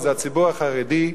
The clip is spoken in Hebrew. וזה הציבור החרדי.